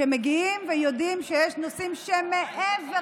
שמגיעים ויודעים שיש נושאים שהם מעבר